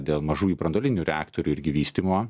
dėl mažųjų branduolinių reaktorių irgi vystymo